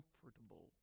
comfortable